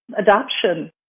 adoption